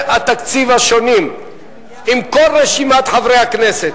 התקציב השונים עם כל רשימת חברי הכנסת.